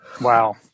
Wow